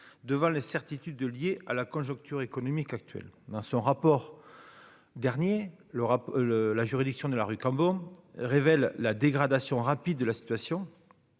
devant les certitudes de lié à la conjoncture économique actuelle dans son rapport, dernier le rap, le la juridiction de la rue Cambon révèle la dégradation rapide de la situation